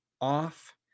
off